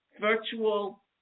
virtual